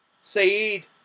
Saeed